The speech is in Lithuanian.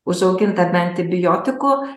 užauginta be antibiotikų